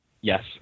yes